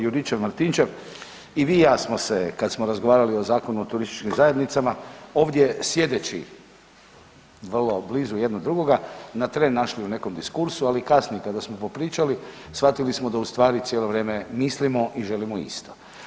Juričev-Martinčev i vi i ja smo se kad smo razgovarali o Zakonu o turističkim zajednicama ovdje sjedeći vrlo blizu jedno drugoga na tren našli u nekom diskursu, ali kasnije kada smo popričali shvatili smo da u stvari cijelo vrijeme mislimo i želimo isto.